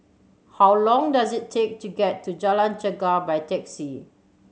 how long does it take to get to Jalan Chegar by taxi